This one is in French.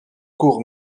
courts